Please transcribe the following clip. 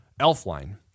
Elfline